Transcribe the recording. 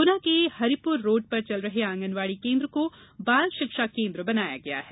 गुना में हरिपुर रोड पर चल रहे आंगनवाड़ी केन्द्र को बाल शिक्षा केन्द्र बनाया गया है